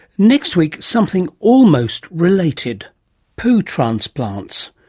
next week, something almost related poo transplants.